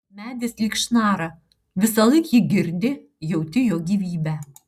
medis lyg šnara visąlaik jį girdi jauti jo gyvybę